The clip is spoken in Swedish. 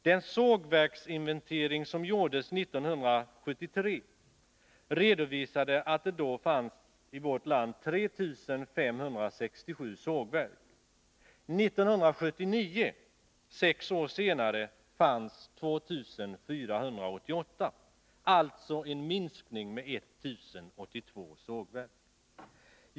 Den sågverksinventering som gjordes 1973 redovisade att det då i vårt land fanns 3 567 sågverk. År 1979, sex år senare, fanns det 2 488, alltså en minskning med 1082 sågverk.